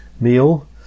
meal